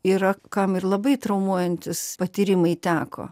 yra kam ir labai traumuojantys patyrimai teko